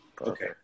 Okay